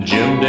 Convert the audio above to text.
Jim